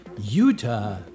Utah